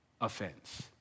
offense